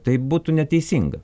taip būtų neteisinga